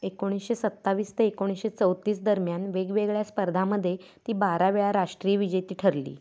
एकोणीशे सत्तावीस ते एकोणीशे चौतीस दरम्यान वेगवेगळ्या स्पर्धामध्ये ती बारा वेळा राष्ट्रीय विजेती ठरली